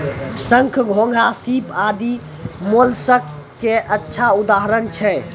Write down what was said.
शंख, घोंघा, सीप आदि मोलस्क के अच्छा उदाहरण छै